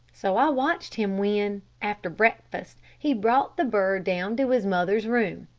so i watched him when, after breakfast, he brought the bird down to his mother's room.